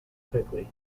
quickly